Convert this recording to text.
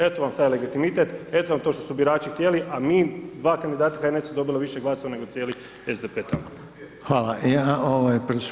Eto vam taj legitimitet, eto vam to što su birači htjeli, a mi, dva kandidata HNS-a dobili više glasova nego cijeli SDP tamo.